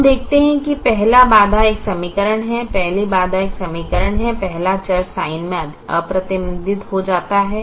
तो हम देखते हैं कि पहला बाधा एक समीकरण है पहला बाधा एक समीकरण है पहला चर साइन में अप्रतिबंधित हो जाता है